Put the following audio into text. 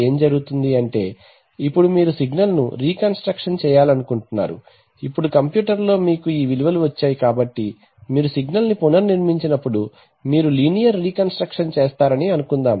ఏమి జరుగుతుంది అంటే ఇప్పుడు మీరు సిగ్నల్ ను రీ కన్స్ట్రక్షన్ చేయాలనుకుంటున్నారు ఇప్పుడు కంప్యూటర్లో మీకు ఈ విలువలు వచ్చాయి కాబట్టి మీరు సిగ్నల్ ను పునర్నిర్మించినప్పుడు మీరు linear reconstruction అనుకుందాం